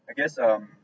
I guess um